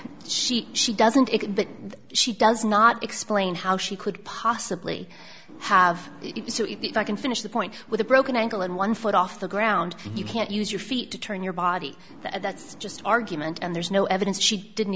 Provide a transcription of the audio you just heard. she she doesn't it but she does not explain how she could possibly have it so if i can finish the point with a broken ankle and one foot off the ground you can't use your feet to turn your body that's just argument and there's no evidence she didn't